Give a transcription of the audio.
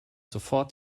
sofort